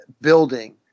building